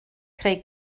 creu